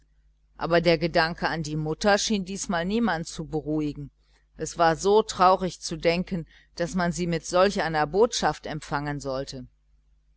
aber der gedanke an die mutter schien diesmal niemand zu beruhigen es war so traurig zu denken daß man sie mit solch einer botschaft empfangen sollte